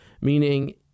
Meaning